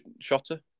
Shotter